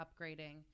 upgrading